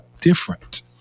different